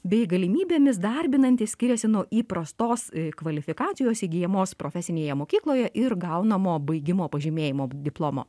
bei galimybėmis darbinantis skiriasi nuo įprastos kvalifikacijos įgyjamos profesinėje mokykloje ir gaunamo baigimo pažymėjimo diplomo